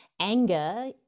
Anger